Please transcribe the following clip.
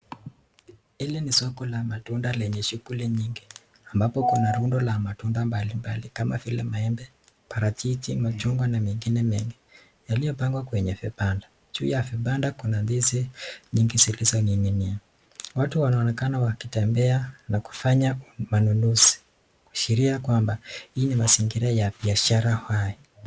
Hili ni soko la matunda lenye shughuli nyingi ambapo kuna rundo la matunda mbalimbali. Kama vile maembe, parachichi, machungwa na mengine mengi yaliyopangwa kwenye vibanda. Juu ya vibanda kuna ndizi nyingi zilizoninginia. Watu wanaonekana wakitembea na kufanya manunuzi, kuashiria kwamba hii ni mazingira ya biashara hai.